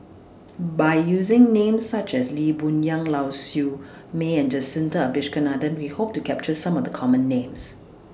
By using Names such as Lee Boon Yang Lau Siew Mei and Jacintha Abisheganaden We Hope to capture Some of The Common Names